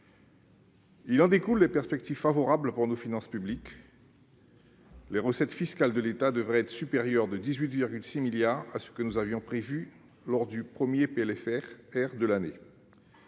Il en découle des perspectives favorables pour nos finances publiques. Les recettes fiscales de l'État devraient être supérieures de 18,6 milliards d'euros au montant prévu lors de la précédente